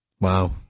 Wow